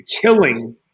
killing